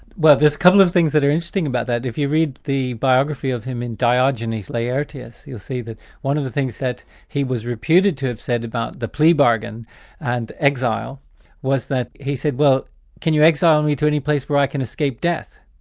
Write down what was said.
well there's a couple of things that are interesting about that. if you read the biography of him in diogenes laertius, you see that one of the things that he was reputed to have said about the plea bargain and exile was that he said, well can you exile me to any place where i can escape death?